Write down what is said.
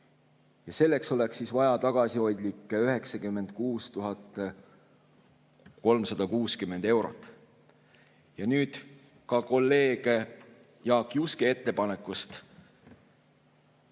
Selleks oleks vaja tagasihoidlikud 96 360 eurot. Nüüd ka kolleeg Jaak Juske ettepanekust.